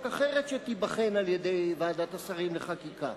אחרת שתיבחן על-ידי ועדת השרים לחקיקה.